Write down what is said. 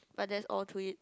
but that's all to it